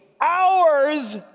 hours